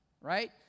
right